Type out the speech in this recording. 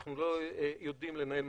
אנחנו לא יודעים לנהל מחקרים.